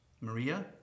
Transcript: Maria